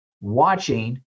watching